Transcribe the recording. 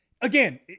Again